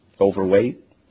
Overweight